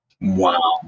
Wow